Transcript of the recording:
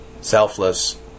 selfless